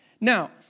Now